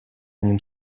ним